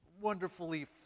wonderfully